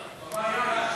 "דאעש"